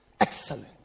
Excellent